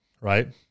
right